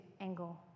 angle